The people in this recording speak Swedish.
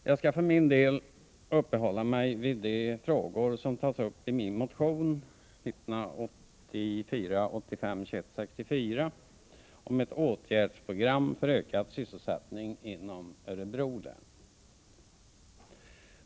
Herr talman! Jag skall för min del uppehålla mig vid de frågor som jag tagit uppimin motion 1984/85:2164 om ett åtgärdsprogram för ökad sysselsättning inom Örebro län.